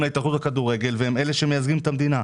להתאחדות הכדורגל והם אלה שמייצגים את המדינה.